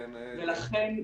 ולכן ,